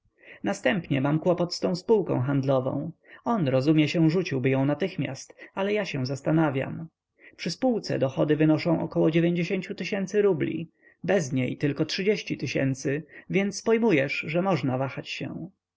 następnie mam kłopot z tą spółką handlową on rozumie się rzuciłby ją natychmiast ale ja się zastanawiam przy spółce dochody wynoszą około tysięcy rubli bez niej tylko tysięcy więc pojmujesz że można wahać się